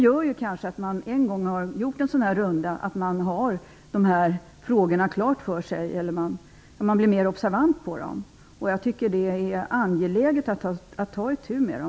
Om man en gång har gjort en sådan runda blir man mer observant på dessa frågor. Jag tycker verkligen att det är angeläget att ta itu med dem.